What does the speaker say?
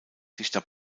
dichter